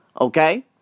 okay